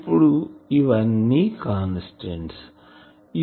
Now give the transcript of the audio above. ఇప్పుడు ఇవన్నీ కన్స్టెంట్స్constants